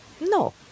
No